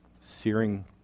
Searing